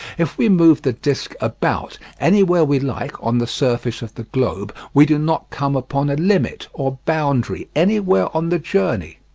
if we move the disc about, anywhere we like, on the surface of the globe, we do not come upon a limit or boundary anywhere on the journey.